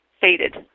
faded